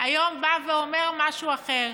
היום, בא ואומר משהו אחר.